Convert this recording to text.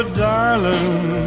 darling